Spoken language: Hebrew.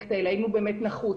הפרויקט הזה; אם הוא באמת נחוץ,